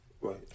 Right